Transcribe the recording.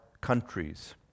countries